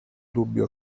dubbio